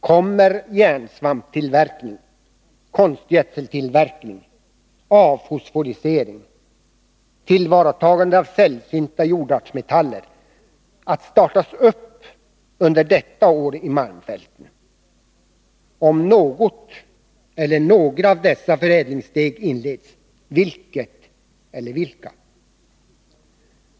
Kommer järnsvamptillverkning, konstgödseltillverkning, avfosforisering och tillvaratagande av sällsynta jordartsmetaller att startas i malmfälten under detta år? Om något eller några av dessa förädlingssteg kommer att inledas — vilket eller vilka?